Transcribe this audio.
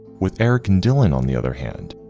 with eric and dylan on the other hand,